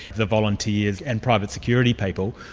the volunteers and private security people.